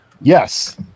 Yes